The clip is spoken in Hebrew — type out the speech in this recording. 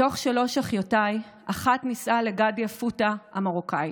מתוך שלוש אחיותיי, האחת נישאה לגדי אפוטה המרוקאי